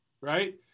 right